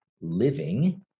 living